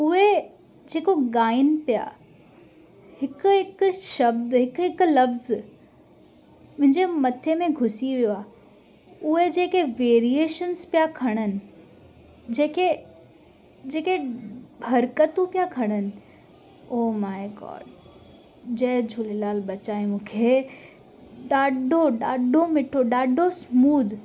उहे जेको ॻाइनि पिया हिकु हिकु शब्द हिकु हिकु लफ़्ज़ु मुंहिंजे मथे में घुसी वियो आहे उहे जेके वेरिएशन्स पिया खणनि जेके जेके हर्कतूं पिया खणनि ओ माए गॉड जय झूलेलाल बचाए मूंखे ॾाढो ॾाढो मिठो ॾाढो स्मूद